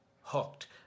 hooked